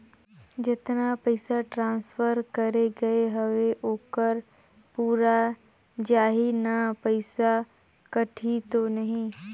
जतना पइसा ट्रांसफर करे गये हवे ओकर पूरा जाही न पइसा कटही तो नहीं?